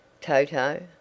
TOTO